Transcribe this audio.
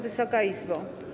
Wysoka Izbo!